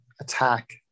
attack